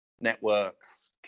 networks